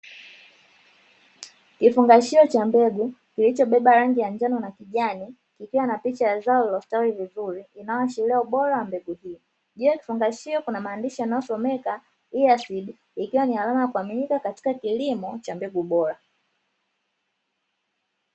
Kifungashio cha mbegu kilichobeba rangi ya njano na kijani chenye picha ya mmea uliostawi vizuri kinachoashiria ubora wa mbegu hii, juu ya kifungashio kuna maandishi yanayosomeka "EA seeds" ikiwa ni alama ya kuaminika katika kilimo cha mbegu bora.